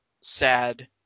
sad